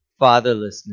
fatherlessness